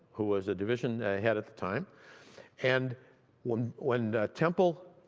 who was a division head at the time and when when temple